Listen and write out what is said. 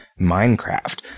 Minecraft